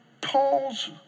Paul's